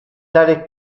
tale